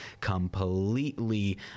completely